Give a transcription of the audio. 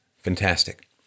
fantastic